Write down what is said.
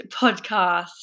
podcast